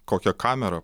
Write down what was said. kokią kamerą